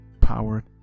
powered